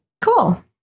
cool